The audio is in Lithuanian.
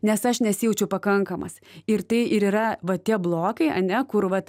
nes aš nesijaučiu pakankamas ir tai ir yra va tie blokai ane kur vat